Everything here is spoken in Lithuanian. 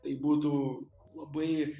tai būtų labai